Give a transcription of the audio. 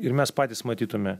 ir mes patys matytume